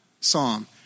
Psalm